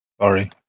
Sorry